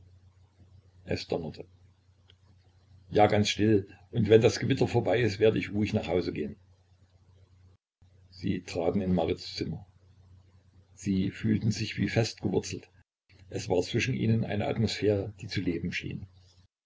es donnerte ja ganz still und wenn das gewitter vorbei ist werd ich ruhig nach hause gehen sie traten in marits zimmer sie fühlten sich wie festgewurzelt es war zwischen ihnen eine atmosphäre die zu leben schien